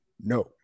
no